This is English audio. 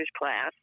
class